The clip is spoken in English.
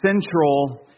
central